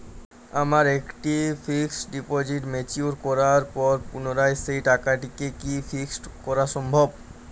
আমার একটি fixed deposit mature করার পর পুনরায় সেই টাকাটিকে কি ফিক্সড করা সম্ভব?